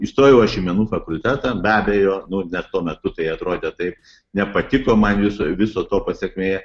įstojau aš į menų fakultetą be abejo nu nes tuo metu tai atrodė taip nepatiko man viso viso to pasekmė